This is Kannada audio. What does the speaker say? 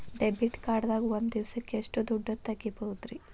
ಡೆಬಿಟ್ ಕಾರ್ಡ್ ದಾಗ ಒಂದ್ ದಿವಸಕ್ಕ ಎಷ್ಟು ದುಡ್ಡ ತೆಗಿಬಹುದ್ರಿ?